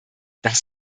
das